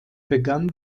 begann